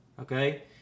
Okay